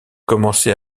commencée